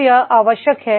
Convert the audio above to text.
तो क्या आवश्यक है